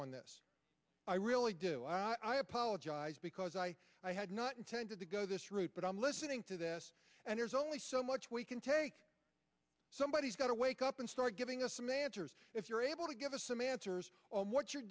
on this i really do i apologize because i had not intended to go this route but i'm listening to this and there's only so much we can take somebody has got to wake up and start giving us some answers if you're able to give us some answers on what you're